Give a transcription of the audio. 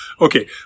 Okay